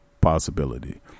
possibility